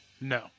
no